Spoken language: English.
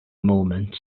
moment